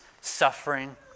suffering